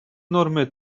нормы